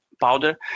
powder